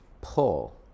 pull